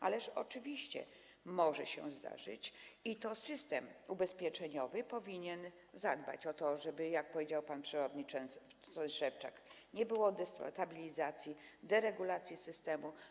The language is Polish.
Ależ oczywiście może się zdarzyć i to system ubezpieczeniowy powinien zadbać o to, żeby nie było, jak powiedział pan przewodniczący Szewczak, destabilizacji, deregulacji systemu.